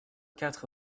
quatre